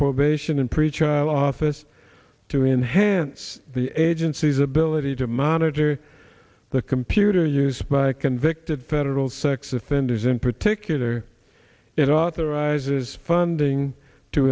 probation and pretrial office to enhance the agency's ability to monitor the computer use by convicted federal sex offenders in particular it authorizes funding to